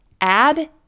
Add